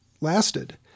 lasted